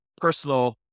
personal